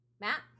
matt